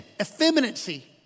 effeminacy